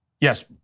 yes